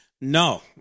No